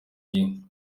y’inka